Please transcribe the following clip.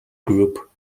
group